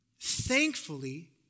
Thankfully